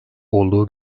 olduğu